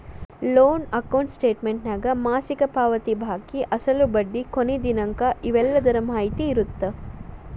loan account ಸ್ಟೇಟಮೆಂಟ್ನ್ಯಾಗ ಮಾಸಿಕ ಪಾವತಿ ಬಾಕಿ ಅಸಲು ಬಡ್ಡಿ ಕೊನಿ ದಿನಾಂಕ ಇವೆಲ್ಲದರ ಮಾಹಿತಿ ಇರತ್ತ